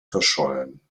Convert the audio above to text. verschollen